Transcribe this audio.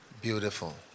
Beautiful